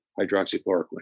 hydroxychloroquine